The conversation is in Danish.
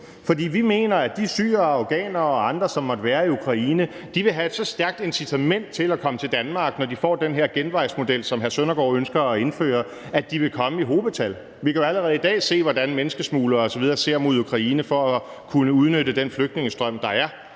For vi mener, at de syrere og afghanere og andre, som måtte være i Ukraine, vil have et så stærkt incitament til at komme til Danmark, når de får den her genvejsmodel, som hr. Søren Søndergaard ønsker at indføre, at de vil komme i hobetal. Vi kan jo allerede i dag se, hvordan menneskesmuglere osv. ser mod Ukraine for at kunne udnytte den flygtningestrøm, der er,